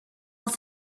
els